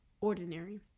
Ordinary